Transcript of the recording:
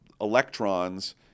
electrons